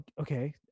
Okay